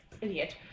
idiot